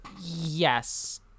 Yes